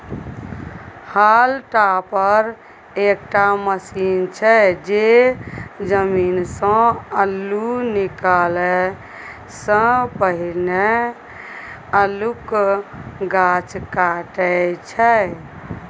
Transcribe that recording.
hall topper एकटा machine छै जे जमीनसँ अल्लु निकालै सँ पहिने अल्लुक गाछ काटय छै